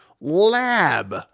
lab